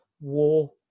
war